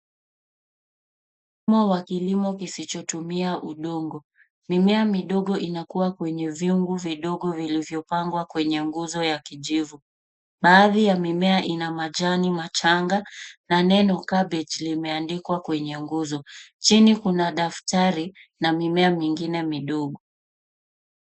Mfumo wa kilimo kisichotumia udongo. Mimea midogo inakua kwenye vyungu vidogo vilivyopangwa kwenye nguzo ya kijivu. Baadhi ya mimea ina majani machanga, na neno cabbage limeandikwa kwenye nguzo. Chini kuna daftari na mimea mingine midogo.